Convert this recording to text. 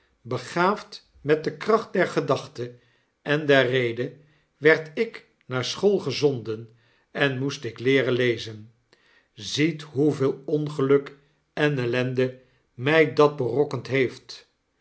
begaafd met de kracht der gedachte en der rede werd ik naar school gezonden en moest ik leeren lezen ziet hoeveel ongeluk en ellende my dat berokkend heeft